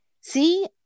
see